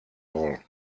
all